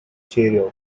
cherokee